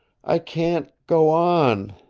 i can't go on